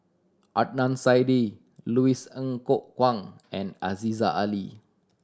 Adnan Saidi Louis Ng Kok Kwang and Aziza Ali